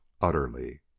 utterly